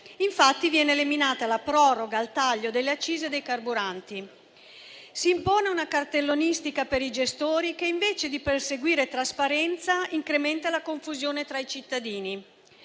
Infatti, viene eliminata la proroga al taglio delle accise dei carburanti. Si impone una cartellonistica per i gestori che, invece di perseguire trasparenza, incrementa la confusione dei cittadini.